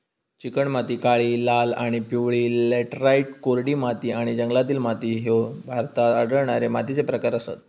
चिकणमाती, काळी, लाल आणि पिवळी लॅटराइट, कोरडी माती आणि जंगलातील माती ह्ये भारतात आढळणारे मातीचे प्रकार आसत